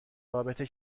رابطه